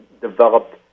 developed